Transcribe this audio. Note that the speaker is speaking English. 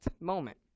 moment